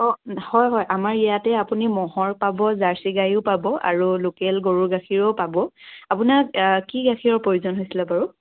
অ' হয় হয় আমাৰ ইয়াতে আপুনি ম'হৰ পাব জাৰ্চী গায়ো পাব আৰু লোকেল গৰু গাখীৰো পাব আপোনাক কি গাখীৰৰ প্ৰয়োজন হৈছিলে বাৰু